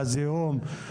לזיהום,